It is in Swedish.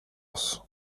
oss